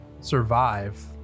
survive